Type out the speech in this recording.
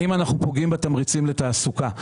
האם אנחנו פוגעים בתמריצים לתעסוקה.